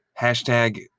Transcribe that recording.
hashtag